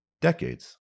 decades